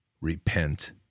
repent